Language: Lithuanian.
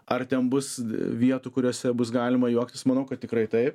ar ten bus vietų kuriose bus galima juoktis manau kad tikrai taip